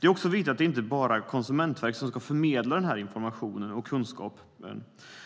Det är också viktigt att det inte bara är Konsumentverket som ska förmedla den här informationen och kunskapen,